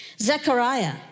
Zechariah